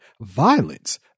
violence